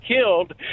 killed